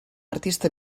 artista